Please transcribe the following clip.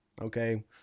okay